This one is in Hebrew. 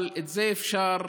אבל את זה אפשר